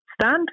stand